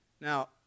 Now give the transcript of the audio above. Now